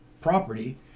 property